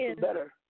better